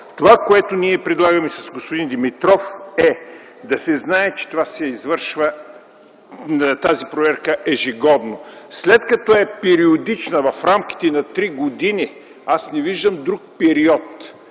Това, което ние предлагаме с господин Димитров, е да се знае, че тази проверка се извършва ежегодно. След като е периодична в рамките на три години, аз не виждам друг период,